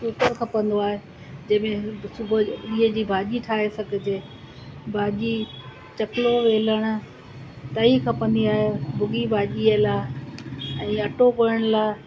cooker खपंदो आहे जंहिं में सुबुह जो ॾींहं बिह जी भाॼी ठाहे सघिजे भाॼी चकिलो वेलण तई खपंदी आहे भुॻी भाॼीअ लाइ ऐं अटो ॻोहिण लाइ